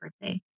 birthday